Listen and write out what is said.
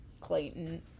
Clayton